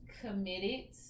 Committed